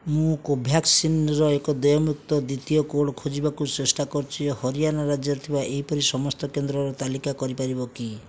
ମୁଁ କୋଭ୍ୟାକ୍ସିନର ଏକ ଦେୟମୁକ୍ତ ଦ୍ୱିତୀୟ କୋଡ଼୍ ଖୋଜିବାକୁ ଚେଷ୍ଟା କରୁଛି ହରିୟାଣା ରାଜ୍ୟରେ ଥିବା ଏହିପରି ସମସ୍ତ କେନ୍ଦ୍ରର ତାଲିକା କରିପାରିବ କି